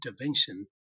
intervention